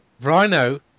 Rhino